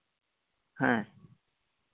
ᱦᱮᱸ